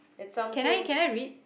can I can I read